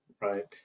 right